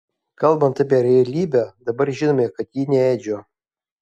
kalbant apie realybę dabar žinome kad ji ne edžio